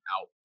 out